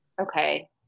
okay